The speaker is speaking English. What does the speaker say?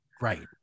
right